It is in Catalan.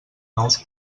nous